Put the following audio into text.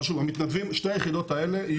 אבל שוב: שתי היחידות האלה,